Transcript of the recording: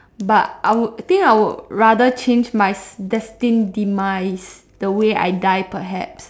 but I would think I would rather change my destined demise the way I die perhaps